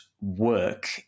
work